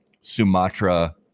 Sumatra